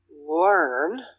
learn